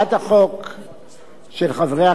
של חברי הכנסת ניצן הורוביץ